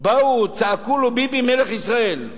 באו, צעקו לו: ביבי, מלך ישראל.